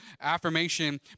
affirmation